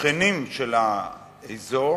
השכנים באזור,